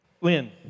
Lynn